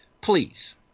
Please